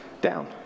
down